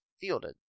fielded